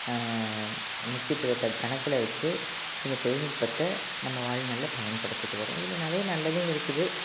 முக்கியத்துவத்தை தான் கணக்கில் வச்சு இதை தொழில்நுட்பத்தை நம்ம வாழ்நாளில் பயன்படுத்திகிட்டு வர்கிறோம் இதில் நிறைய நல்லதும் இருக்குது